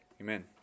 Amen